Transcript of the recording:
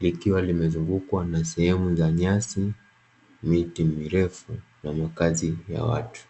likiwa limezungukwa na sehemu za nyasi, miti mirefu na makazi ya watu.